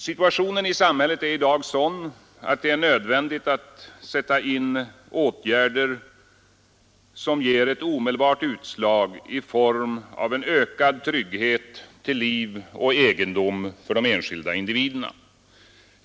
Situationen i samhället är i dag sådan att det är nödvändigt att sätta in åtgärder som ger ett omedelbart utslag i form av en ökad trygghet till liv och egendom för de enskilda individerna.